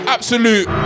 Absolute